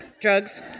Drugs